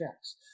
checks